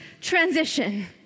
transition